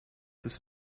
this